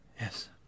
Yes